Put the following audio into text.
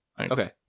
Okay